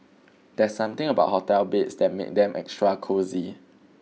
there's something about hotel beds that make them extra cosy